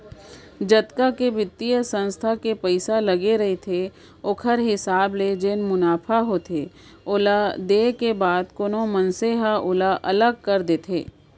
जतका के बित्तीय संस्था के पइसा लगे रहिथे ओखर हिसाब ले जेन मुनाफा होथे ओला देय के बाद कोनो मनसे ह ओला अलग कर देथे